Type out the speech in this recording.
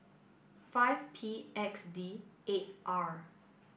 five P X D eight R